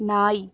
நாய்